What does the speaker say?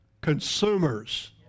consumers